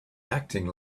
acting